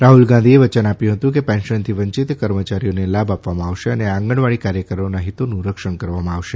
રાહલ ગાંધીએ વચન આપ્યું હતું કે પેન્શનથી વંચિત કર્મચારીઓને લાભ આપવામાં આવશે અને આંગણવાડી કાર્યકરોના હિતોનું રક્ષણ કરવામાં આવશે